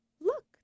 look